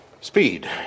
Speed